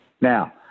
Now